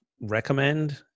recommend